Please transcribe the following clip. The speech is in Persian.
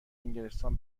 انگلستان